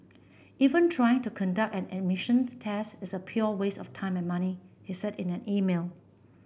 even trying to conduct an emissions test is a pure waste of time and money he said in an email